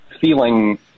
feeling